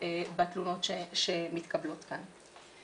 בתלונות שמתקבלות כאן.